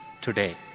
Today